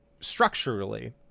structurally